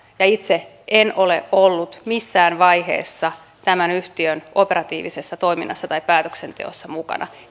ja itse en ole ollut missään vaiheessa tämän yhtiön operatiivisessa toiminnassa tai päätöksenteossa mukana